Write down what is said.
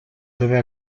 dove